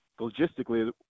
logistically